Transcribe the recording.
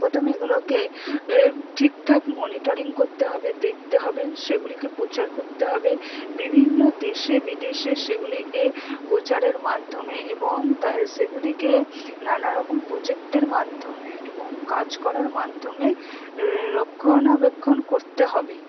প্রথমে এগুলোকে ঠিকঠাক মনিটরিং করতে হবে দেখতে হবে সেগুলিকে প্রচার করতে হবে বিভিন্ন দেশে বিদেশে সেগুলিকে প্রচারের মাধ্যমে এবং তা সেগুলিকে নানা রকম প্রজেক্টের মাধ্যমে এবং কাজ করার মাধ্যমে রক্ষণাবেক্ষণ করতে হবে